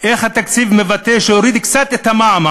איך התקציב מבטא שיורידו קצת את המע"מ,